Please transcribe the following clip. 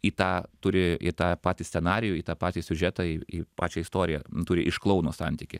į tą turi į tą patį scenarijų į tą patį siužetą į į pačią istoriją turi iš klouno santykį